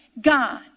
God